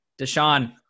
Deshaun